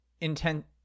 intent